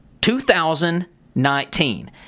2019